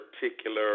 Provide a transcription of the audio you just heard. particular